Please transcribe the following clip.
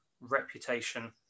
reputation